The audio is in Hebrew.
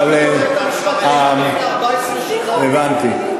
אבל, בית-המשפט העליון לפני 14 שנה, הבנתי.